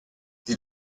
sie